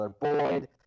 Boyd